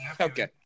Okay